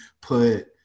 put